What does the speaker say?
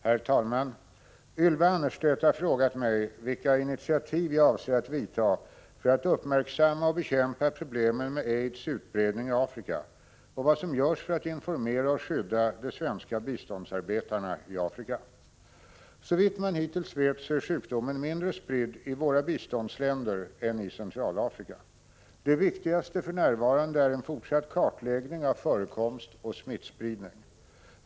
Herr talman! Ylva Annerstedt har frågat mig vilka initiativ jag avser vidta för att uppmärksamma och bekämpa problemen med aids utbredning i Afrika och vad som görs för att informera och skydda de svenska biståndsarbetarna i Afrika. Såvitt man hittills vet är sjukdomen mindre spridd i våra biståndsländer än i Centralafrika. Det viktigaste för närvarande är en fortsatt kartläggning av förekomst och smittspridning.